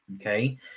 Okay